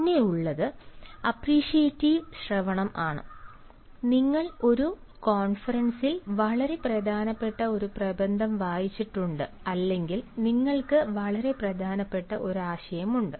പിന്നെ ഉള്ളത് അപ്പ്രീഷിയേറ്റീവ് ശ്രവണം ആണ് നിങ്ങൾ ഒരു കോൺഫറൻസിൽ വളരെ പ്രധാനപ്പെട്ട ഒരു പ്രബന്ധം വായിച്ചിട്ടുണ്ട് അല്ലെങ്കിൽ നിങ്ങൾക്ക് വളരെ പ്രധാനപ്പെട്ട ഒരു ആശയം ഉണ്ട്